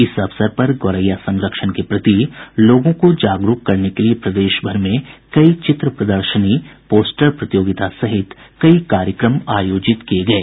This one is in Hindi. इस अवसर पर गोरैया संरक्षण के प्रति लोगों को जागरूक करने के लिए प्रदेशभर में कई चित्र प्रदर्शनी पोस्टर प्रतियोगिता सहित कई कार्यक्रम आयोजित किये गये